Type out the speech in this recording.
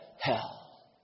hell